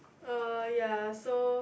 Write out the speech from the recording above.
uh ya so